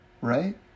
right